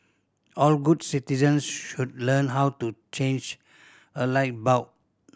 all good citizens should learn how to change a light bulb